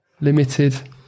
Limited